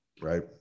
right